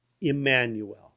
Emmanuel